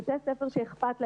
בתי ספר שאכפת להם,